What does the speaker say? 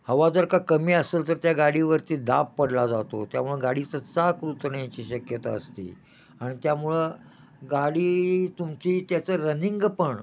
हवा जर का कमी असेल तर त्या गाडीवरती दाब पडला जातो त्यामुळं गाडीचं चाक रुतण्याची शक्यता असते आणि त्यामुळं गाडी तुमची त्याचं रनिंग पण